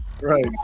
Right